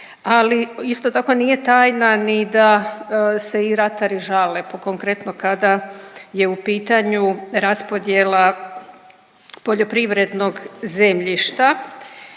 ali isto tako nije tajna ni da se i ratari žale po konkretno kada je u pitanju raspodjela poljoprivrednog zemljišta.